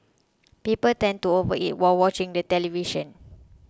people tend to overeat while watching the television